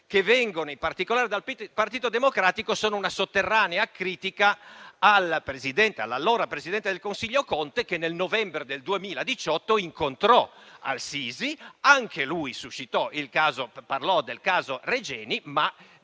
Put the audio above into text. che vengono in particolare dal Partito Democratico, non siano una sotterranea critica all'allora presidente del Consiglio Conte, che nel novembre del 2018 incontrò al-Sisi. Anche lui parlò del caso Regeni, ma